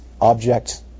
object